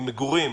ממגורים,